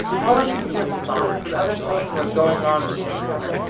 all i could hear of the song, for the other children were going on with their chatter,